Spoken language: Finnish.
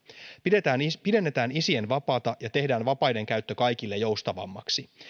pidennetään isien pidennetään isien vapaata ja tehdään vapaiden käyttö kaikille joustavammaksi